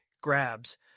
grabs